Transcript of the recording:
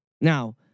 Now